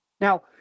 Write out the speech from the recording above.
Now